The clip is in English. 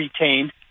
retained